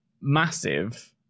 Massive